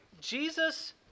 Jesus